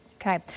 Okay